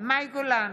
מאי גולן,